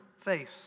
face